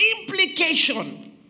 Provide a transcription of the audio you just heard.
implication